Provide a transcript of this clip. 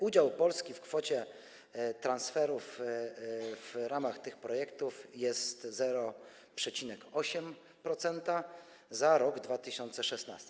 Udział Polski w kwocie transferów w ramach tych projektów wynosi 0,8% za rok 2016.